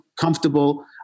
comfortable